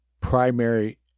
primary